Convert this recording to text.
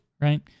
right